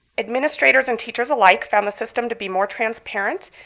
administrators and teachers alike found the system to be more transparent,